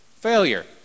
Failure